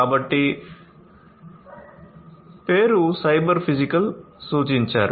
కాబట్టి కాబట్టి పేరు సైబర్ ఫిజికల్ సూచించారు